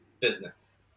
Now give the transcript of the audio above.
business